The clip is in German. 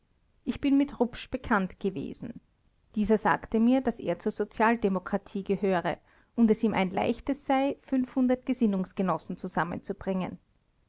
ich bin mit rupsch bekannt gewesen dieser sagte mir daß er zur sozialdemokratie gehöre und es ihm ein leichtes sei gesinnungsgenossen zusammenzubringen